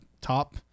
top